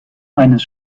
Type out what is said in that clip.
eines